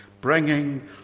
bringing